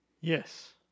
Yes